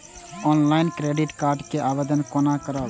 Online credit card के आवेदन कोना करब?